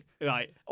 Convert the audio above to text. Right